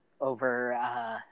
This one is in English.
over